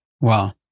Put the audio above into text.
Wow